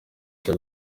cha